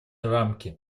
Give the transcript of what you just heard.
рамки